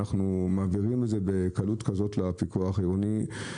אנחנו מעבירים את זה בקלות כזאת לפיקוח העירוני.